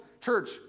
Church